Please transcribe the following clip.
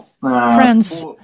friends